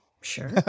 Sure